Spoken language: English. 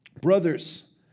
brothers